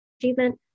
Achievement